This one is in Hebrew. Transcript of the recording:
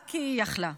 רק כי היא יכלה.